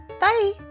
Bye